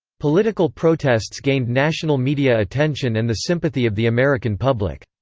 political protests gained national media attention and the sympathy of the american public.